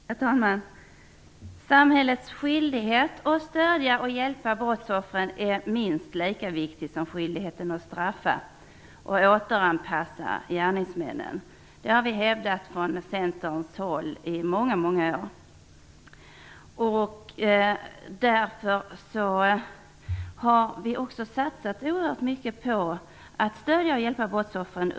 Herr talman! Samhällets skyldighet att stödja och hjälpa brottsoffren är minst lika viktig som skyldigheten att straffa och återanpassa gärningsmännen. Det har vi från Centerns håll hävdat i många år. Därför har vi också under den förra borgerliga regeringen satsat oerhört mycket på att stödja och hjälpa brottsoffren.